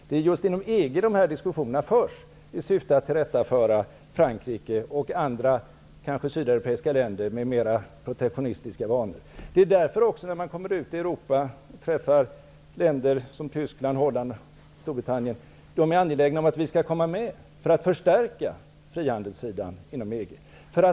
Det är just inom EG som dessa diskussioner förs i syfte att tillrättaföra Frankrike och kanske andra sydeuropeiska länder med mer protektionistiska vanor. Länder såsom Tyskland, Holland och Storbritannien är angelägna om att vi skall komma med i EG för att förstärka frihandelssidan inom EG.